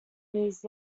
his